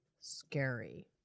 scary